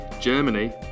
Germany